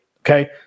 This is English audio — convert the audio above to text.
okay